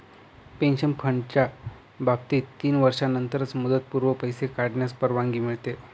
pension फंडाच्या बाबतीत तीन वर्षांनंतरच मुदतपूर्व पैसे काढण्यास परवानगी मिळते